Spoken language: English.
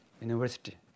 University